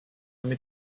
mit